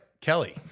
Kelly